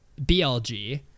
BLG